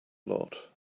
lot